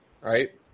right